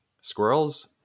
squirrels